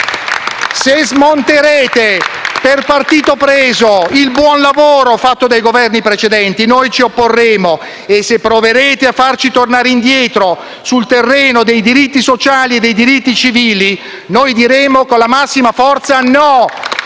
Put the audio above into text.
Se smonterete per partito preso il buon lavoro fatto dai Governi precedenti, noi ci opporremo. E se proverete a farci tornare indietro sul terreno dei diritti sociali e dei diritti civili, noi diremo con la massima forza no: